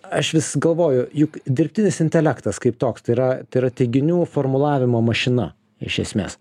aš vis galvoju juk dirbtinis intelektas kaip toks tai yra tai yra teiginių formulavimo mašina iš esmės